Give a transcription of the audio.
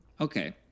okay